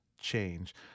change